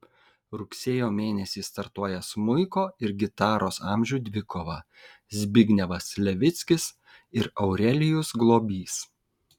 rugsėjo mėnesį startuoja smuiko ir gitaros amžių dvikova zbignevas levickis ir aurelijus globys